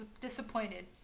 disappointed